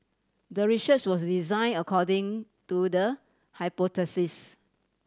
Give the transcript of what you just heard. the research was design according to the hypothesis